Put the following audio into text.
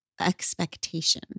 expectation